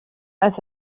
als